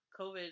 COVID